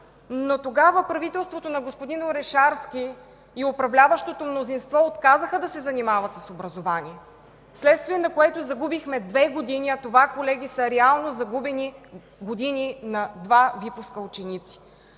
но тогава правителството на господин Орешарски и управляващото мнозинство отказаха да се занимават с образование, вследствие на което загубихме две години. Колеги, това са реално загубени години на два випуска ученици.